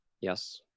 yes